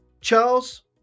Charles